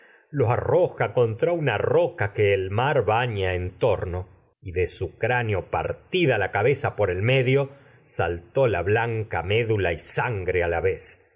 lo arroja contra una roca que el mar baña su en torno y de cráneo partida la cabeza por el medio y saltó la blanca medula sangre a la vez